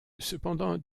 cependant